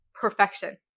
perfection